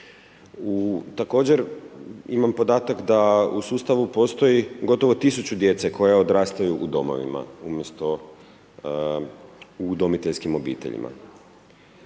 Također imam podatak da u sustavu postoji gotovo tisuću djece koja odrastaju u domovima umjesto u udomiteljskim obiteljima.